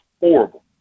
horrible